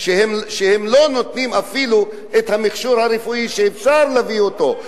שהם לא נותנים להכניס אפילו את המכשור הרפואי שאפשר להביא אותו,